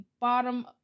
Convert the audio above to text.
bottom